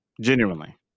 genuinely